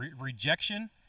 rejection